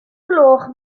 gloch